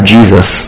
Jesus